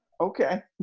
okay